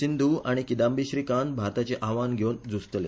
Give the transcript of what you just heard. सिंधू आनी किदांबी श्रीकांत भारताचे आव्हान घेवन झूजतली